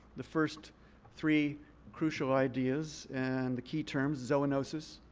the first three crucial ideas and the key terms, zoonosis,